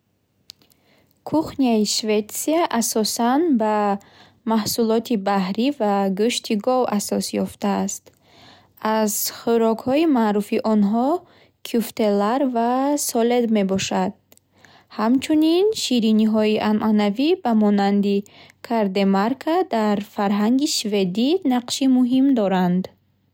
Кухняи Шветсия асосан ба маҳсулоти баҳрӣ ва гӯшти гов асос ёфтааст. Аз хӯрокҳои маъруфи онҳо кюфтеллар ва солед мебошад. Ҳамчунин, шириниҳои анъанавӣ ба монанди кардэмарка дар фарҳанги шведӣ нақши муҳим доранд.